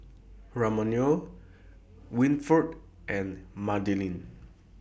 Ramona Wilford and Madelynn